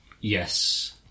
yes